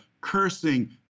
cursing